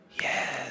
Yes